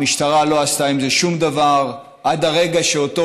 המשטרה לא עשתה עם זה שום דבר עד הרגע שאותו